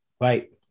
Right